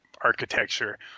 architecture